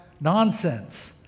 Nonsense